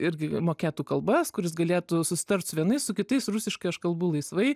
irgi mokėtų kalbas kuris galėtų susitart su vienais su kitais rusiškai aš kalbu laisvai